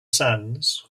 sands